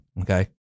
okay